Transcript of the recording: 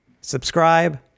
subscribe